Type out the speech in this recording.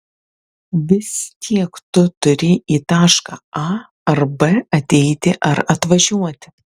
vis tiek tu turi į tašką a ar b ateiti ar atvažiuoti